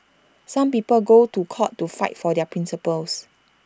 some people go to court to fight for their principles